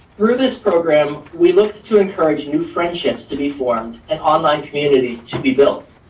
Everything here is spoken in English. through this program, we looked to encourage new friendships to be formed and online communities to be built.